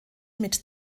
mit